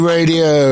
Radio